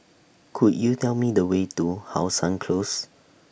Could YOU Tell Me The Way to How Sun Close